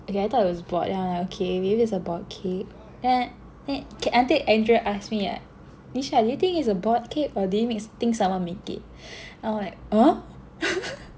okay I thought it was bought then I was like okay maybe it's a bought cake then un~ until Andrew asked me ah Nisha do you think it's a bought cake or did you think someone make it I'm like !huh!